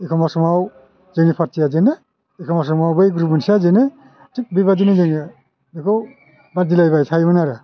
एखमबा समाव जोंनि फारथिया जेनो एखमबा समाव बै ग्रुप मोनसेया जेनो थिग बेबादिनो जोङो बेखौ बादिलायबाय थायोमोन आरो